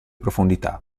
profondità